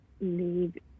need